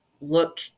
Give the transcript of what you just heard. look